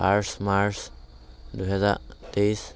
পাঁচ মাৰ্চ দুহেজাৰ তেইছ